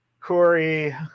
Corey